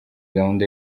gahunda